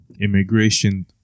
immigration